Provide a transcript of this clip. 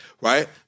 right